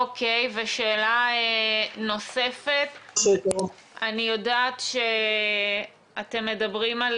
ושאלה נוספת, אני יודעת שאתם מדברים על